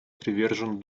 привержен